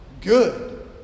good